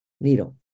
needle